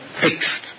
fixed